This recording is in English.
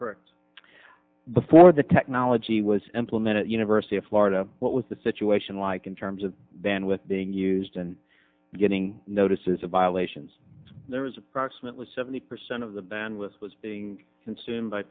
correct before the technology was implemented university of florida what was the situation like in terms of bandwidth being used and getting notices of violations there was approximately seventy percent of the bandwidth was being consumed by